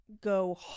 go